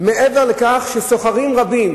מעבר לכך שסוחרים רבים